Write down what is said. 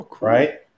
right